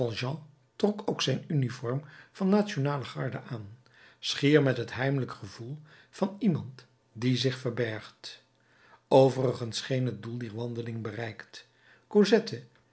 trok ook zijn uniform van nationale garde aan schier met het heimelijk gevoel van iemand die zich verbergt overigens scheen het doel dier wandeling bereikt